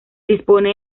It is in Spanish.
dispone